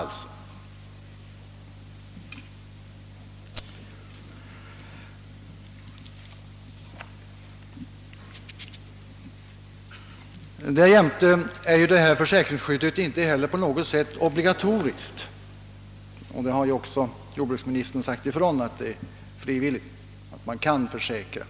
Härtill kommer att försäkringsskyddet inte är på något sätt obligatoriskt — och jordbruksministern har ju också sagt att man kan försäkra sig, d. v. s. att det är frivilligt.